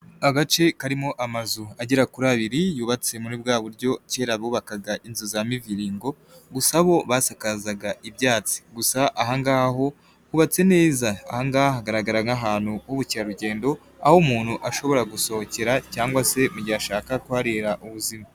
Aace karimo amazu agera kuri abiri yubatse muri bwa buryo kera bubakaga inzu za miviringo, gusa bo basakazaga ibyatsi gusa ahangah ho hubatse neza, aha ngaha hgaragaraga nkahantu h'ubukerarugendo, aho umuntu ashobora gusohokera cyangwa se mu gihe ashaka kuharira ubuzima.